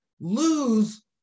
lose